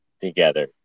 together